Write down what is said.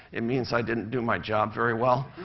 it means i didn't do my job very well.